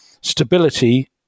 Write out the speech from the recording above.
stability